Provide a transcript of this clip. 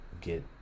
get